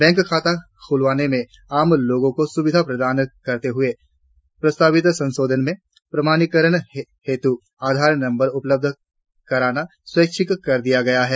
bank खाता खुलवाने में आम लोगों को सुविधा प्रदान करते हुए प्रस्तावित संशोधनों में प्रमाणीकरण हेतु आधार नम्बर उपलबध कराना स्वैच्छिक कर दिया गया है